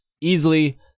easily